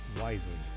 wisely